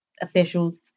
officials